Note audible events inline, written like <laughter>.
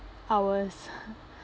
I was <laughs>